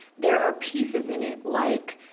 there are pieces in it like